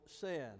sin